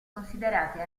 considerate